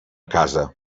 casa